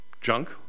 junk